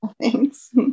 thanks